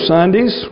Sundays